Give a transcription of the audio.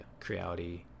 Creality